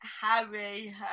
Harry